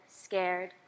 scared